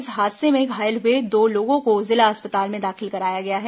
इस हादसे में घायल हुए दो लोगों को जिला अस्पताल में दाखिल कराया गया है